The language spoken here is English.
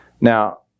Now